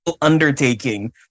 undertaking